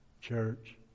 Church